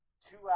two